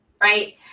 right